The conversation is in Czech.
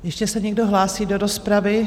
Ještě se někdo hlásí do rozpravy?